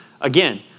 Again